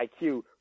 IQ